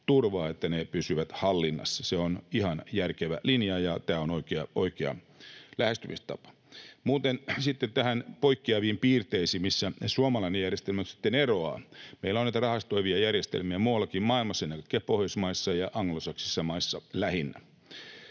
että ne pysyvät hallinnassa. Se on ihan järkevä linja, ja tämä on oikea lähestymistapa. Sitten näihin poikkeaviin piirteisiin, missä suomalainen järjestelmä sitten eroaa. Meillä on näitä rahastoivia järjestelmiä muuallakin maailmassa, ennen kaikkea Pohjoismaissa ja anglosaksisissa maissa, lähinnä.